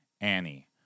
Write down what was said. Annie